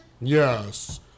Yes